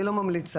אני לא ממליץ עליו,